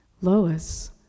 Lois